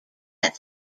that